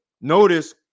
Notice